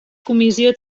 comissió